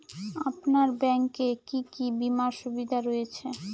আপনার ব্যাংকে কি কি বিমার সুবিধা রয়েছে?